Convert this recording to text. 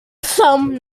thumb